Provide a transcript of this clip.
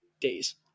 days